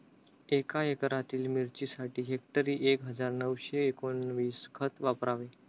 एका एकरातील मिरचीसाठी हेक्टरी एक हजार नऊशे एकोणवीस खत वापरावे